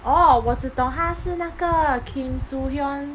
orh 我只懂他是那个 kim soo hyun